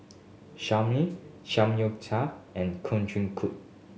Salami Samgyeopsal and Kushikatsu